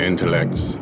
Intellects